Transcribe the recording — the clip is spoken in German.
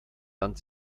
land